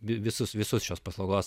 visus visus šios paslaugos